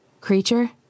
Creature